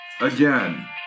again